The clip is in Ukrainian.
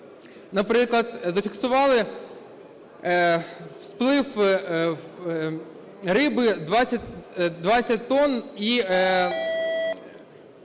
наприклад, зафіксували сплив риби 20 тонн, і